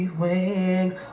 wings